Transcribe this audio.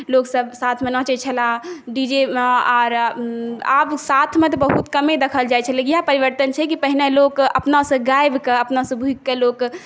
लोकसब साथमे नाचै छलाह डी जे आओर आब साथमे तऽ बहुत कमे देखल जाइ छै इएह परिवर्तन छै जे पहिने लोक अपनासँ गाबिकऽ अपनासँ भूकिकऽ लोक